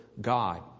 God